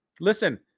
Listen